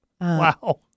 Wow